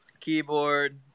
keyboard